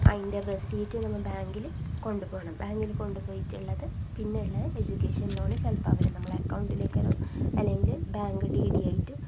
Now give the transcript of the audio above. അതിൻ്റെ റെസിപ്റ്റ് നമ്മൾ ബാങ്കിൽ കൊണ്ടു പോകണം ബാങ്കിൽ കൊണ്ടു പോയിട്ടുള്ളത് പിന്നേ ഉള്ള എഡ്യൂക്കേഷൻ ലോണ് ചിലപ്പോൾ അവർ നമ്മളെ അക്കൗണ്ടിലേക്കോ അല്ലെങ്കിൽ ബാങ്ക് ഡി ഡി ആയിട്ട്